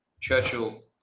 churchill